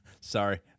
Sorry